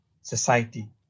society